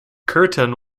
curtin